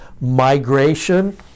migration